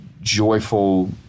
joyful